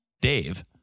Dave